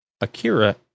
Akira